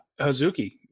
hazuki